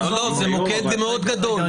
זה מוקד מאוד גדול.